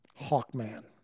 Hawkman